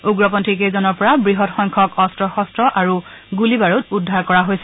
উগ্ৰপন্থী কেইজনৰ পৰা বৃহৎ সংখ্যক অস্ত্ৰ শস্ত্ৰ আৰু গুলী বাৰুদ উদ্ধাৰ কৰা হৈছে